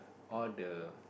all the